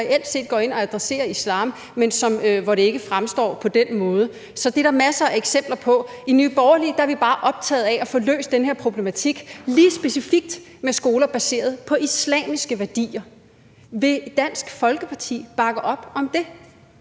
som reelt set går ind og adresserer islam, men hvor det ikke fremstår på den måde. Så det er der masser af eksempler på. I Nye Borgerlige er vi bare optaget af at få løst den her problematik lige specifikt med skoler baseret på islamiske værdier. Vil Dansk Folkeparti bakke op om det?